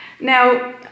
Now